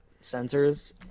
sensors